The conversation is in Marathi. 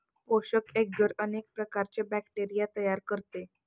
पोषक एग्गर अनेक प्रकारचे बॅक्टेरिया तयार करते